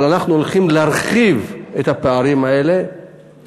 אנחנו הולכים להרחיב את הפערים האלה